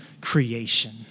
creation